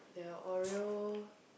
their Oreo